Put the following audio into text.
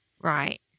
Right